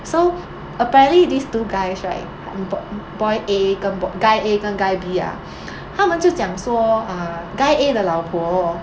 so apparently these two guys right bo~ boy A 跟 bo~ guy A 跟 guy B ah 他们就讲说 uh guy A 的老婆